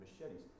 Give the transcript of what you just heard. machetes